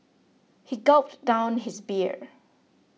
he gulped down his beer